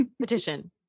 petition